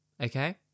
okay